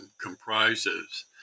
comprises